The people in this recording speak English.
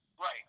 Right